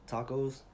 Tacos